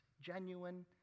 genuine